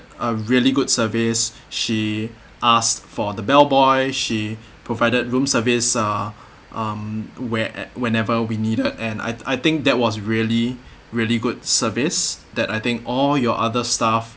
a really good service she asked for the bell boy she provided room service uh um where ev~ whenever we needed and I I think that was really really good service that I think all your other staff